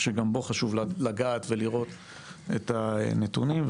שגם בו חשוב לגעת ולראות את הנתונים.